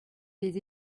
des